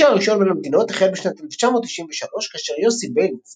הקשר הראשון בין המדינות החל בשנת 1993 כאשר יוסי ביילין,